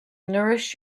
nourish